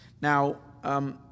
Now